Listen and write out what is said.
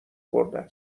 خورده